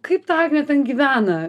kaip ta agnė ten gyvena